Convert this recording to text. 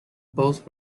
both